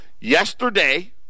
Yesterday